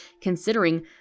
considering